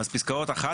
אז פסקאות (1)